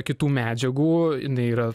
kitų medžiagų jinai yra